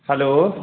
hello